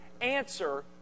answer